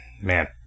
Man